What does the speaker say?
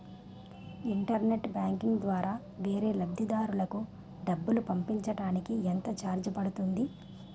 Internet banking ద్వారా వేరే లబ్ధిదారులకు డబ్బులు పంపించటానికి ఎంత ఛార్జ్ పడుతుంది?